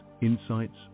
insights